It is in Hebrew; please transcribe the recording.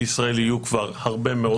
בישראל יהיו כבר הרבה מאוד חולים.